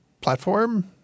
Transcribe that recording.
Platform